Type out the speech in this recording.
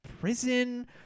prison